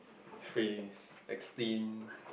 phrase explain